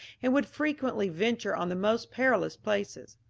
and would frequently venture on the most perilous places.